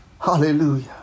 Hallelujah